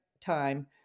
time